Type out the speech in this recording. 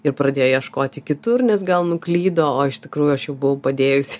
ir pradėjo ieškoti kitur nes gal nuklydo o iš tikrųjų aš jau buvau padėjus